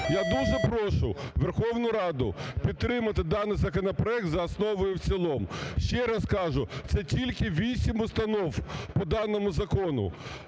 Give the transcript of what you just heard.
Я дуже прошу Верховну Раду підтримати даний законопроект за основу і в цілому. Ще раз кажу, це тільки 8 установ по даному закону.